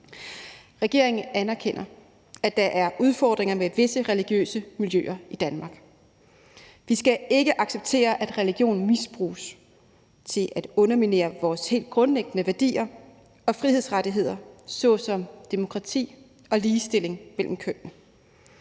Regeringen anerkender, at der er udfordringer med visse religiøse miljøer i Danmark. Vi skal ikke acceptere, at religionen misbruges til at underminere vores helt grundlæggende værdier og frihedsrettigheder såsom demokrati og ligestilling mellem kønnene.